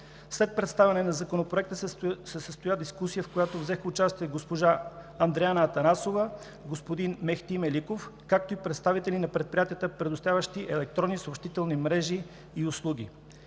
След представянето на Законопроекта се състоя дискусия, в която взеха участие госпожа Андреана Атанасова, господин Мехти Меликов, както и представители на предприятията, предоставящи електронни съобщителни мрежи и/или услуги.